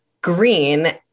green